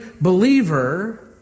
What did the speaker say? believer